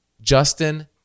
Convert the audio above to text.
Justin